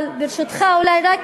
אבל, ברשותך, אני שמח.